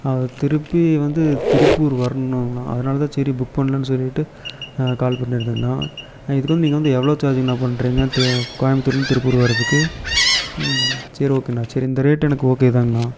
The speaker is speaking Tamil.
அவன் திருப்பி வந்து திருப்பூர் வர்ணுங்கனா அதனால் தான் சரி புக் பண்ணலான் சொல்லிவிட்டு கால் பண்ணிருக்கேங்கணா இதுக்கு வந்து நீங்கள் வந்து எவ்வளோ சார்ஜிங்கணா பண்ணுறீங்க தி கோயம்ப்த்தூர்லிந் திருப்பூர் வரதுக்கு சரி ஓகேணா சரி இந்த ரேட் எனக்கு ஓகே தாங்கணா